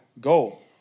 goal